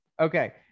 Okay